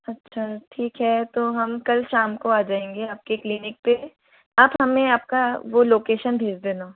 अच्छा ठीक है तो हम कल शाम को आ जाएंगे आपके क्लिनिक पे आप हमें आपका वो लोकैशन भेज देना